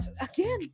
again